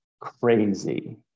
crazy